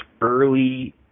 early